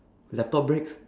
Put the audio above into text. laptop breaks